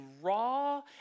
raw